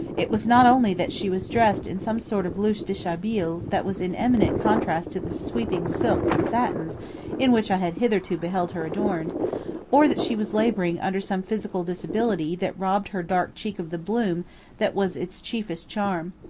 it was not only that she was dressed in some sort of loose dishabille that was in eminent contrast to the sweeping silks and satins in which i had hitherto beheld her adorned or that she was laboring under some physical disability that robbed her dark cheek of the bloom that was its chiefest charm.